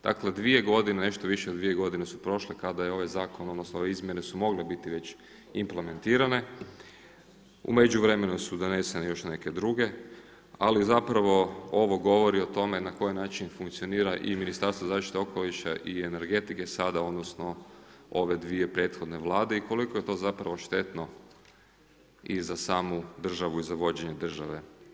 Dakle, 2 godine, nešto više od 2 godine su prošle kada je ovaj zakon odnosno ove izmjene su mogle biti već implementirane, u međuvremenu su donesene još neke druge ali zapravo ovo govori o tome na koji način funkcionira i Ministarstvo zaštite okoliša i energetike sada odnosno ove dvije prethodne Vlade i koliko je to zapravo štetno i za samu državu i za vođenje države.